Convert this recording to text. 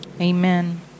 amen